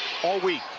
all week.